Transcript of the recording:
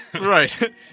right